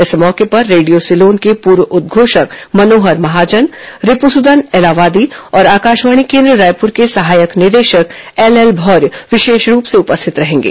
इस मौके पर रेडियो सिलोन के पूर्व उद्घोषक मनोहर महाजन रिपुसुदन एलावादी और आकाशवाणी केन्द्र रायपुर के सहायक निदेशक एलएल भौर्य विशेष रूप से उपस्थित रहेंगे